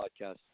podcast